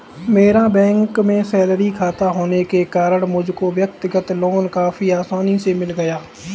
मेरा बैंक में सैलरी खाता होने के कारण मुझको व्यक्तिगत लोन काफी आसानी से मिल गया